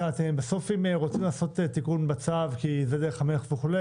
אם רוצים לעשות בסוף תיקון בצו כי זה דרך המלך וכו',